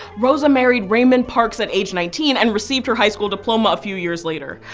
rosa married raymond parks at age nineteen and received her high school diploma a few years later.